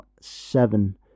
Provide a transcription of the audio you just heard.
seven